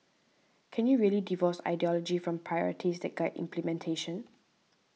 can you really divorce ideology from priorities that guide implementation